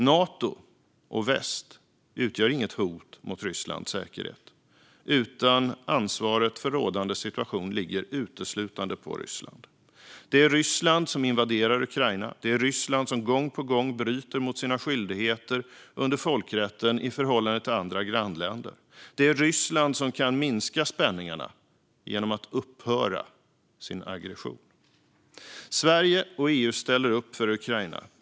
Nato och västvärlden utgör inget hot mot Rysslands säkerhet, utan ansvaret för rådande situation ligger uteslutande på Ryssland. Det är Ryssland som invaderar Ukraina. Det är Ryssland som gång på gång bryter mot sina skyldigheter enligt folkrätten i förhållande till grannländerna. Det är Ryssland som kan minska spänningarna genom att upphöra med sin aggression. Sverige och EU ställer upp för Ukraina.